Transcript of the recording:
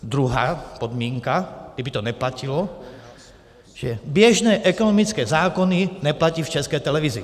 Druhá podmínka, kdy by to neplatilo, že běžné ekonomické zákony neplatí v České televizi.